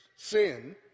Sin